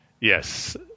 Yes